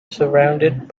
surrounded